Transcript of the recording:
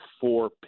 four